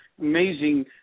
amazing